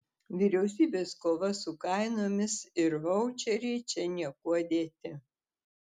vyriausybės kova su kainomis ir vaučeriai čia niekuo dėti